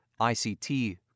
ICT